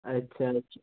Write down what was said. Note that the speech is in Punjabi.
ਅੱਛਾ ਅੱਛਾ